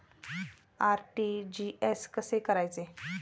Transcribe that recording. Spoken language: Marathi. आर.टी.जी.एस कसे करायचे?